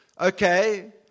Okay